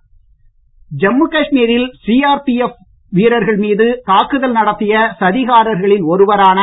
தீவிரவாதி ஜம்மு காஷ்மீரில் சிஆர்பிஎப் வீரர்கள் மீது தாக்குதல் நடத்திய சதிகாரர்களில் ஒருவரான